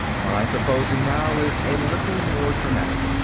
what i'm proposing now is a little more dramatic.